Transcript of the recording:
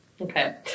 Okay